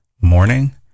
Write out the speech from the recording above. morning